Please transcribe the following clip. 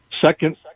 Second